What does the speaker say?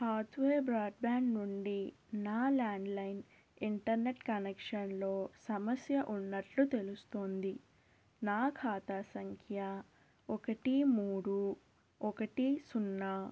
Hathway broadband నుండి నా landline internet కనెక్షన్లో సమస్య ఉన్నట్లు తెలుస్తోంది నా ఖాతా సంఖ్య ఒకటి మూడు ఒకటి సున్నా